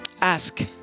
Ask